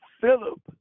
Philip